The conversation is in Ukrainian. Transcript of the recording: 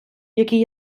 які